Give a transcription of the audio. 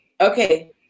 okay